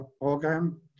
program